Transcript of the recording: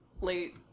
late